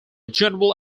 general